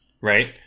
Right